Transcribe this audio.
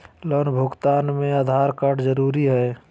Loan भुगतान में Aadhaar card जरूरी है?